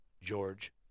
George